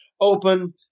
open